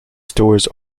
stores